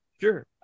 Sure